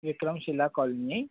Vikramshila colony